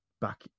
back